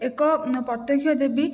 ଏକ ପ୍ରତ୍ୟେକ୍ଷ ଦେବୀ